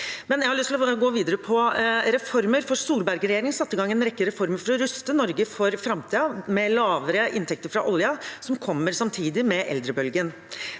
Jeg har lyst til å gå videre til reformer, for Solbergregjeringen satte i gang en rekke reformer for å ruste Norge for framtiden – med lavere inntekter fra oljen som kommer samtidig med eldrebølgen.